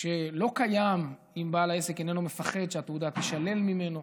שלא קיים אם בעל עסק איננו מפחד שהתעודה תישלל ממנו.